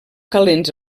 calents